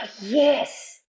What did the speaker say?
Yes